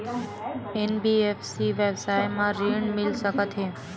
NBFC व्यवसाय मा ऋण मिल सकत हे